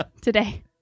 today